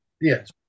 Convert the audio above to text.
Yes